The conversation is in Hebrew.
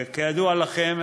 כידוע לכם,